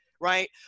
right